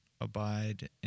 abide